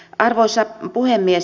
arvoisa puhemies